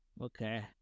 Okay